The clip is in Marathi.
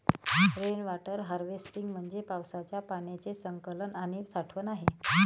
रेन वॉटर हार्वेस्टिंग म्हणजे पावसाच्या पाण्याचे संकलन आणि साठवण आहे